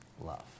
love